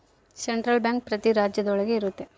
central bank ಪ್ರತಿ ರಾಜ್ಯ ಒಳಗ ಇರ್ತವ